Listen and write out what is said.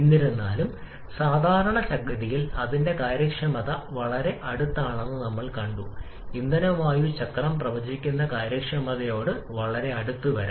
എന്നിരുന്നാലും സാധാരണഗതിയിൽ അതിന്റെ കാര്യക്ഷമത നമ്മൾ കണ്ടു യഥാർത്ഥ ചക്രം ഇന്ധന വായു ചക്രം പ്രവചിക്കുന്ന കാര്യക്ഷമതയോട് വളരെ അടുത്ത് വരാം